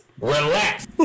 Relax